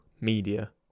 media